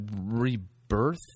rebirth